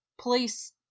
police